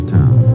town